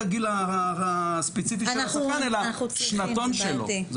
הגיל הספציפי של השחקן אלא שנתון שלו.